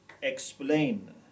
explain